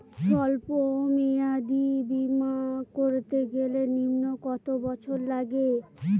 সল্প মেয়াদী বীমা করতে গেলে নিম্ন কত বছর লাগে?